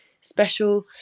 special